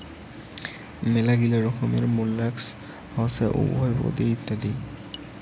মেলাগিলা রকমের মোল্লাসক্স হসে উভরপদি ইত্যাদি